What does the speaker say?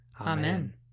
Amen